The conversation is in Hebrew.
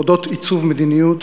אודות עיצוב מדיניות,